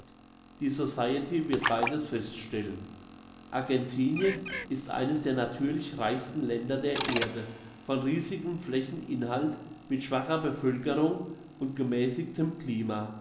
die society wird beides feststellen argentinien ist eines der natürlich reichsten länder der erde von riesigem flächeninhalt mit schwacher bevölkerung und gemässigtem klima